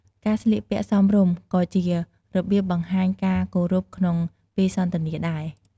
ការស្លៀកពាក់សមរម្យ ក៏ជារបៀបបង្ហាញការគោរពក្នុងពេលសន្ទនាដែរ។